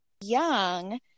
young